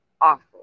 awful